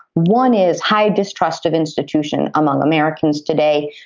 one is high distrust of institution among americans today.